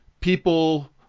people